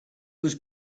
was